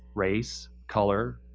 race, color,